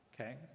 Okay